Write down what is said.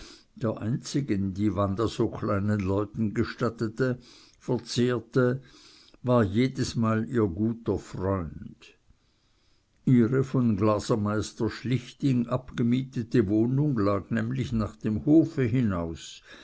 der einzigen die wanda so kleinen leuten gestattete verzehrte war jedesmal ihr guter freund ihre von glasermeister schlichting